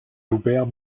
joubert